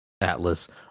Atlas